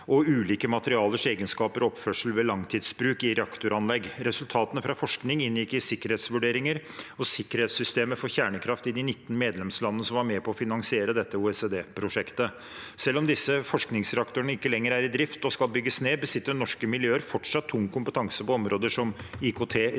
og ulike materialers egenskaper og oppførsel ved langtidsbruk i reaktoranlegg. Resultatene fra forskning inngikk i sikkerhetsvurderinger og sikkerhetssystemet for kjernekraft i de 19 medlemslandene som var med på å finansiere dette OECD-prosjektet. Selv om disse forskningsreaktorene ikke lenger er i drift og skal bygges ned, besitter norske miljøer fortsatt tung kompetanse på områder som